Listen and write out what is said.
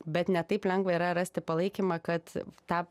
bet ne taip lengva yra rasti palaikymą kad tą